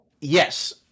Yes